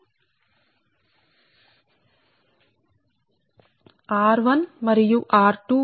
ఇది మా ఊహ అంటే ఈ కండక్టర్ 1 తీసుకొనివెళుతున్న అదనపు కరెంట్